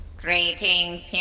Greetings